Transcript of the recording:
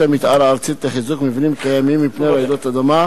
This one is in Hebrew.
המיתאר הארצית לחיזוק מבנים קיימים מפני רעידות אדמה,